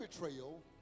betrayal